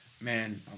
Man